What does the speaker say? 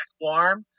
warm